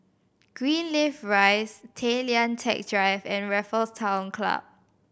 Greenleaf Rise Tay Lian Teck Drive and Raffles Town Club